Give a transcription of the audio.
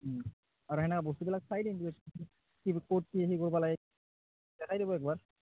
আৰু তেনেকৈ বস্তুবিলাক চাই দিম ক'ত কি হেৰি কৰিব লাগে দেখাই দিব একবাৰ